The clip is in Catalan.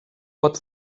pot